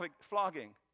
flogging